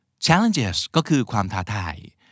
Challengesก็คือความทาทาย